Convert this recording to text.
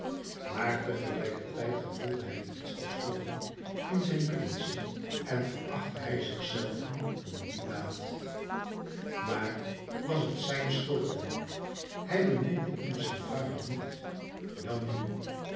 maar tegelijkertijd gevoelde hij iets als wroeging in zijn binnenste en verachtte hij zich zelven om die daad maar was t zijn schuld dan hij beminde immers zijn vader niet welnu